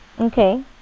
okay